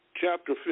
chapter